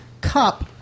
cup